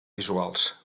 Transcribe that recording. visuals